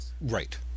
right